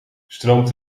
stroomt